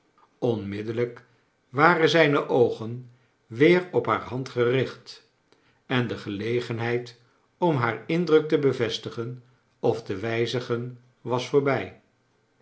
onmiddellijk waren zijne oogen weer op haar hand gericht en de gelegenheid om haar indruk te bevestigen of te wijzigen was voorbij